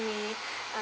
me uh